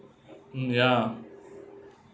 mm ya